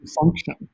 function